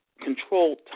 control